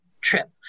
trip